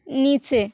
নিচে